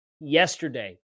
yesterday